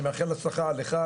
אני מאחל הצלחה לך,